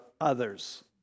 others